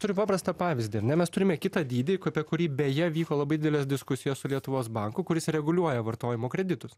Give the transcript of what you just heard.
turiu paprastą pavyzdį na mes turime kitą dydį apie kurį beje vyko labai didelės diskusijos su lietuvos banku kuris reguliuoja vartojimo kreditus